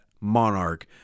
monarch